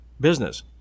business